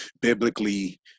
biblically